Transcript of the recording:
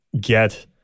get